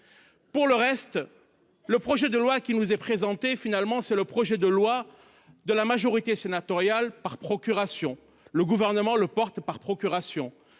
Pour le reste. Le projet de loi qui nous est présenté, finalement c'est le projet de loi de la majorité sénatoriale par procuration. Le gouvernement le porte-par procuration.